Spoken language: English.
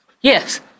Yes